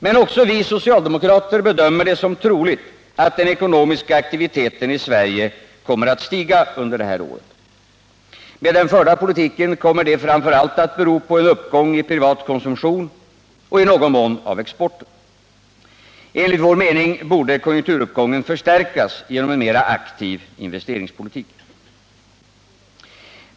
Men också vi socialdemokrater bedömer det som troligt att den ekonomiska aktiviteten i Sverige kommer att stiga under det här året. Med den förda politiken kommer det framför allt att bero på en uppgång i privat konsumtion och i någon mån av exporten. Enligt vår mening borde konjunkturuppgången förstärkas genom en mera aktiv investeringspolitik.